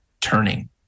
turning